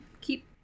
Keep